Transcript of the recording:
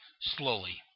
slowly